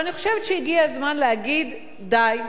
אבל אני חושבת שהגיע הזמן להגיד די.